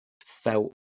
felt